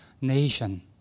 nation